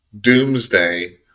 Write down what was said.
Doomsday